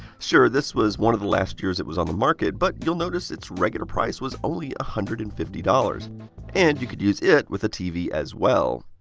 sure, this was one of the last years it was on the market, but you'll notice its regular price was only one hundred and fifty dollars and you could use it with a tv as well.